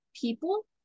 people